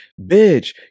bitch